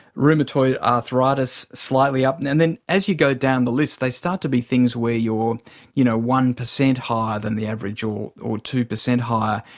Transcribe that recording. rheumatoid arthritis, slightly up. and and then as you go down the list they start to be things where you are you know one percent higher than the average or or two percent higher,